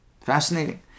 Fascinating